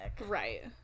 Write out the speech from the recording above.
Right